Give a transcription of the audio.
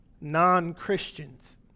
non-christians